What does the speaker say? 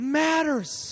matters